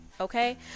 okay